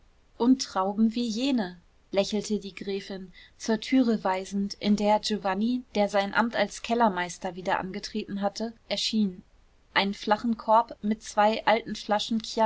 und trauben wie jene lächelte die gräfin zur türe weisend in der giovanni der sein amt als kellermeister wieder angetreten hatte erschien einen flachen korb mit zwei alten flaschen